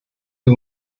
der